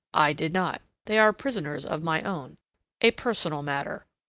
i did not. they are prisoners of my own a personal matter.